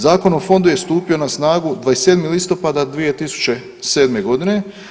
Zakon o Fondu je stupio na snagu 27. listopada 2007. godine.